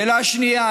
שאלה שנייה,